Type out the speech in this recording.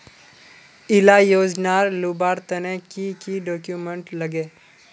इला योजनार लुबार तने की की डॉक्यूमेंट लगे?